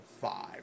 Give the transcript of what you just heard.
five